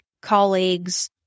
colleagues